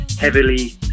heavily